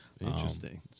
Interesting